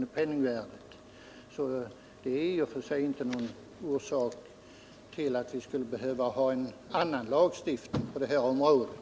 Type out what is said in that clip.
Lagens ålder är alltså inte i och för sig någon orsak till att vi skulle behöva ha en annan lagstiftning på det här området.